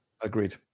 Agreed